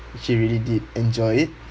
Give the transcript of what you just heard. actually really did enjoy it